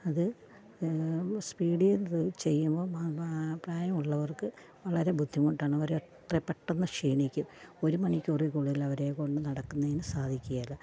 അത് സ്പീഡിൽ ഇത് ചെയ്യുമ്പം പ്രായം ഉള്ളവര്ക്ക് വളരെ ബുദ്ധിമുട്ടാണ് അവര് പെട്ടെന്ന് ക്ഷീണിക്കും ഒരു മണിക്കൂറില് കൂടുതലവരെക്കൊണ്ട് നടക്കുന്നതിന് സാധിക്കുകയില്ല